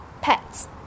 pets